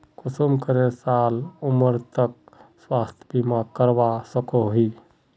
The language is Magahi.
कुंसम करे साल उमर तक स्वास्थ्य बीमा करवा सकोहो ही?